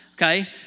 Okay